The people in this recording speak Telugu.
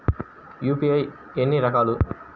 యూ.పీ.ఐ ఎన్ని రకాలు?